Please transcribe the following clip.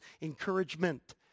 encouragement